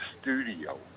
studio